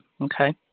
Okay